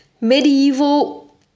medieval